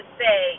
say